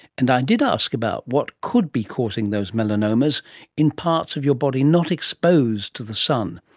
and i did ask about what could be causing those melanomas in parts of your body not exposed to the sun,